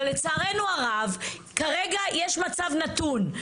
אבל לצערנו הרב, כרגע יש מצב נתון.